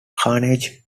carnegie